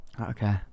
Okay